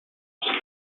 for